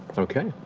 okay.